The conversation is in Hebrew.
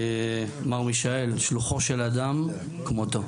מר מישאל, 'שלוחו של אדם כמותו'.